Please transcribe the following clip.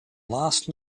last